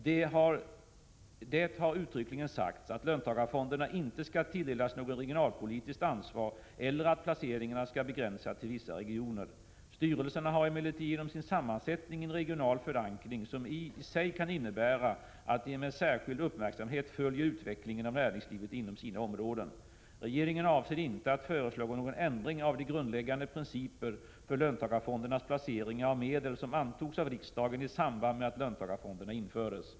Det har uttryckligen sagts att löntagarfonderna inte skall tilldelas något regionalpolitiskt ansvar eller att placeringarna skall begränsas till vissa regioner. Styrelserna har emellertid genom sin sammansättning en regional förankring som i sig kan innebära att de med särskild uppmärksamhet följer utvecklingen av näringslivet inom sina områden. Regeringen avser inte att föreslå någon ändring av de grundläggande principer för löntagarfondernas placeringar av medel som antogs av riksdagen i samband med att löntagarfonderna infördes.